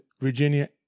Virginia